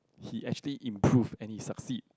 he actually improve and he succeed